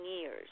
years